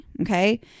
Okay